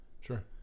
Sure